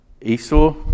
Esau